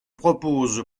propose